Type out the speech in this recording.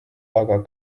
aga